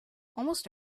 almost